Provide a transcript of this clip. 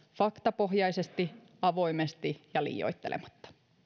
faktapohjaisesti avoimesti ja liioittelematta